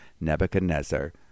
Nebuchadnezzar